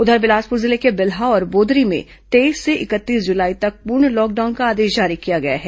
उधर बिलासपुर जिले के बिल्हा और बोदरी में तेईस से इकतीस जुलाई तक पूर्ण लॉकडाउन का आदेश जारी किया गया है